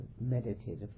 Meditative